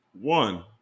One